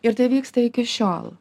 ir tai vyksta iki šiol